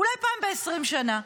אולי פעם ב-20 שנה?